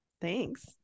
Thanks